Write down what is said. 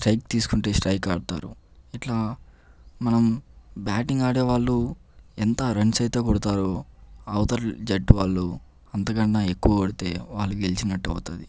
strike తీసుకుంటే strike ఆడతారు ఎట్లా మనం బ్యాటింగ్ ఆడే వాళ్ళు ఎంత రన్స్ అయితే కొడతారో అవతల జట్టు వాళ్ళు అంతకన్నా ఎక్కువ కోడితే వాళ్ళు గెలిచినట్టు అవుతుంది